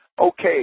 Okay